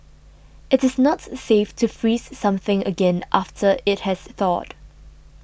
it is not safe to freeze something again after it has thawed